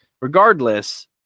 regardless